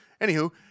Anywho